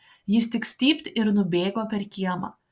jis tik stypt ir nubėgo per kiemą